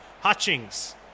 Hutchings